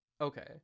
Okay